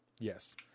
yes